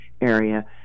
area